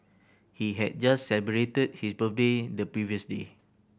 he had just celebrated his birthday the previous day